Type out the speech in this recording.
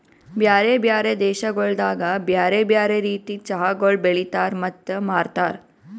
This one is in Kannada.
ಬ್ಯಾರೆ ಬ್ಯಾರೆ ದೇಶಗೊಳ್ದಾಗ್ ಬ್ಯಾರೆ ಬ್ಯಾರೆ ರೀತಿದ್ ಚಹಾಗೊಳ್ ಬೆಳಿತಾರ್ ಮತ್ತ ಮಾರ್ತಾರ್